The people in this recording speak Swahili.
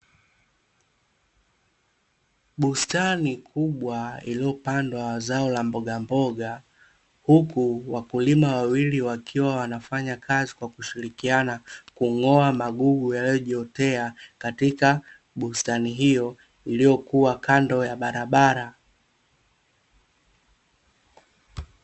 Bustani kubwa iliyopandwa zao la mbogamboga, huku wakulima wawili wakiwa wanafanya kazi kwa kushirikiana kung'oa magugu yaliyojiotea katika bustani hiyo iliyokua kando ya barabara.